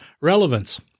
relevance